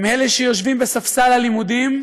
הם אלה שיושבים על ספסל הלימודים,